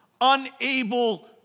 unable